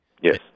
Yes